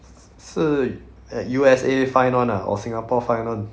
是 U_S_A find [one] ah or singapore find [one]